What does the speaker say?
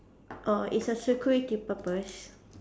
oh it's a security purpose